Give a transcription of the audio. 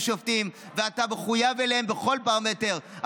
שופטים ואתה מחויב אליהם בכל פרמטר,